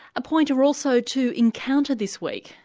a pointer also to encounter this week,